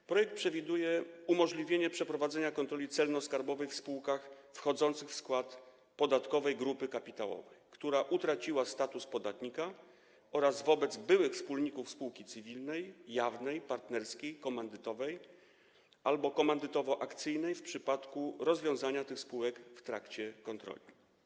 W projekcie przewiduje się umożliwienie przeprowadzenia kontroli celno-skarbowej w spółkach wchodzących w skład podatkowej grupy kapitałowej, która utraciła status podatnika, oraz wobec byłych wspólników spółki cywilnej, jawnej, partnerskiej, komandytowej albo komandytowo-akcyjnej w przypadku rozwiązania tych spółek w trakcie kontroli.